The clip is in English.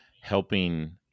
helping